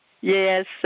Yes